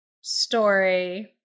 story